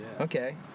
Okay